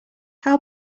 how